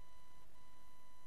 לצערנו לא מצאנו ולו קצה חוט.